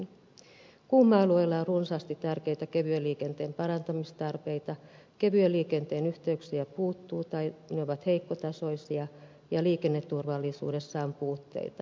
kuuma alueella on runsaasti tärkeitä kevyen liikenteen parantamistarpeita kevyen liikenteen yhteyksiä puuttuu tai ne ovat heikkotasoisia ja liikenneturval lisuudessa on puutteita